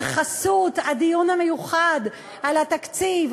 בחסות הדיון המיוחד על התקציב,